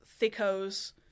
thickos